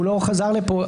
הוא לא חזר לפה,